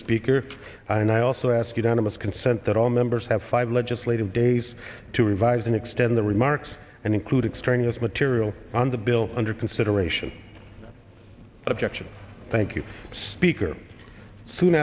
speaker and i also ask unanimous consent that all members have five legislative days to revise and extend the remarks and include extraneous material on the bill under consideration objection thank you speaker soon